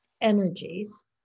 energies